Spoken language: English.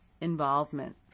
involvement